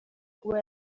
kuba